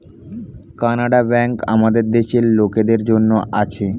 Canara bank আমাদের দেশের লোকদের জন্যে আছে